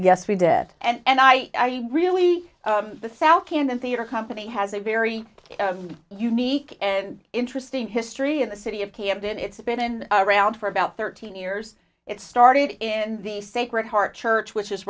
yes we did it and i really the south and the theatre company has a very unique and interesting history in the city of camden it's been around for about thirteen years it started in the sacred heart church which is